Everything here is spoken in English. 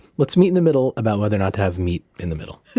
let's meet in the middle about whether or not to have meat in the middle.